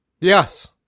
Yes